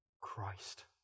Christ